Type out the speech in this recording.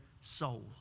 soul